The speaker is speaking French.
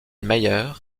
mayer